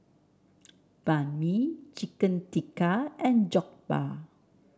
Banh Mi Chicken Tikka and Jokbal